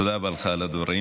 תודה רבה לך על הדברים.